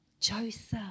Joseph